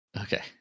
Okay